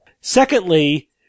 Secondly